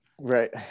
Right